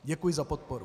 Děkuji za podporu.